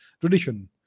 tradition